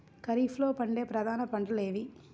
ఖరీఫ్లో పండే ప్రధాన పంటలు ఏవి?